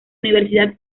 universidad